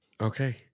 Okay